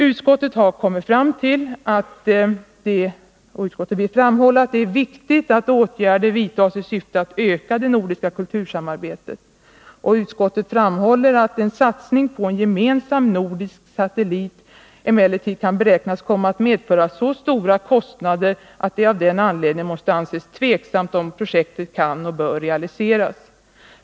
Utskottet vill framhålla att det är viktigt att åtgärder vidtas i syfte att öka det nordiska kultursamarbetet. ”En satsning på en gemensam nordisk satellit kan emellertid beräknas komma att medföra så stora kostnader att det av den anledningen måste anses tveksamt om projektet kan och bör realiseras.